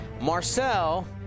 Marcel